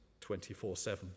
24-7